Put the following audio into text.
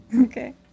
Okay